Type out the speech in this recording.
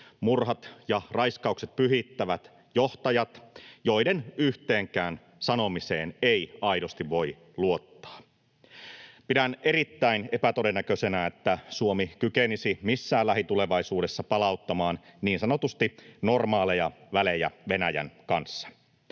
murhat ja raiskaukset pyhittävät johtajat, joiden yhteenkään sanomiseen ei aidosti voi luottaa. Pidän erittäin epätodennäköisenä, että Suomi kykenisi missään lähitulevaisuudessa palauttamaan niin sanotusti normaaleja välejä Venäjän kanssa.